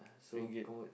Ringgit